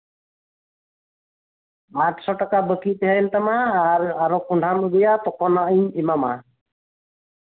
ᱟᱴᱥᱚ ᱴᱟᱠᱟ ᱵᱟᱠᱤ ᱛᱟᱦᱮᱸᱭᱮᱱ ᱛᱟᱢᱟ ᱟᱨ ᱟᱛᱚ ᱠᱚᱸᱰᱷᱟᱢ ᱟᱜᱩᱭᱟ ᱛᱚᱠᱷᱚᱱ ᱦᱟᱸᱜ ᱤᱧ ᱮᱢᱟᱢᱟ